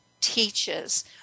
teaches